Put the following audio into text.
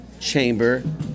Chamber